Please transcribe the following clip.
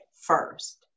first